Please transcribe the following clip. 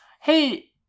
Hey